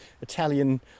Italian